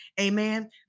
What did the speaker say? Amen